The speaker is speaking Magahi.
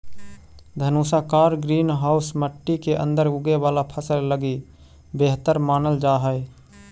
धनुषाकार ग्रीन हाउस मट्टी के अंदर उगे वाला फसल लगी बेहतर मानल जा हइ